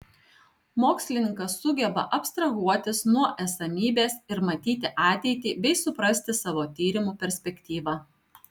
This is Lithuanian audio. mokslininkas sugeba abstrahuotis nuo esamybės ir matyti ateitį bei suprasti savo tyrimų perspektyvą